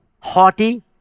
haughty